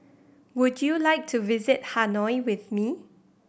would you like to visit Hanoi with me